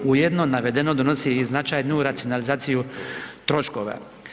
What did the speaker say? Ujedno navedeno donosi i značajnu racionalizaciju troškova.